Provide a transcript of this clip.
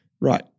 Right